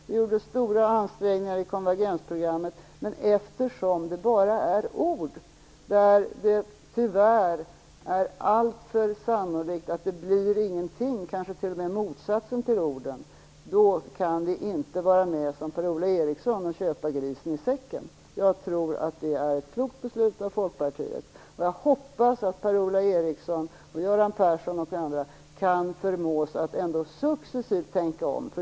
Vi gjorde stora ansträngningar med konvergensprogrammet, men eftersom det bara är ord, där det tyvärr är alltför sannolikt att det inte blir någonting, kanske t.o.m. motsatsen till orden, så kan vi inte vara med som Per-Ola Eriksson och köpa grisen i säcken. Jag tror att det är ett klokt beslut av Folkpartiet, och jag hoppas att Per-Ola Eriksson och Göran Persson och andra ändå kan förmås att successivt tänka om.